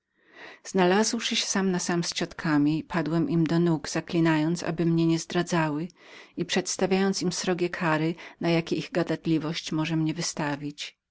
znalazłszy się sam na sam z ciotkami padłem do ich nóg zaklinając aby mnie nie zdradzały i przedstawiając im srogie kary na jakie ich gadatliwość mogła mnie wystawić